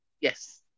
Yes